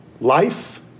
life